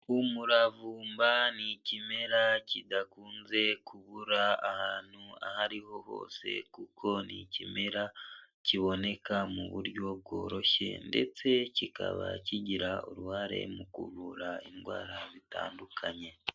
Umuravumba ni ikimera kidakunze kubura ahantu aho ariho hose, kuko ni ikimera kiboneka mu buryo bworoshye ndetse kikaba kigira uruhare mu kuvura indwara zitandukanye.